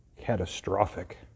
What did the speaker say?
catastrophic